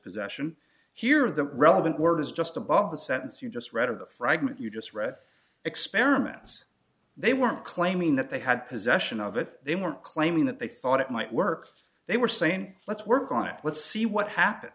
possession here of the relevant words just above the sentence you just read of the fragment you just read experiments they weren't claiming that they had possession of it they weren't claiming that they thought it might work they were saying let's work on it let's see what happens